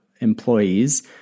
employees